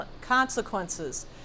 consequences